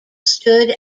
stood